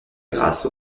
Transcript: grâce